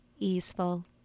easeful